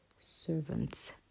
servants